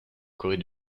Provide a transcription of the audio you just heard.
corée